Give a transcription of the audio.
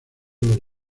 los